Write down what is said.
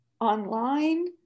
online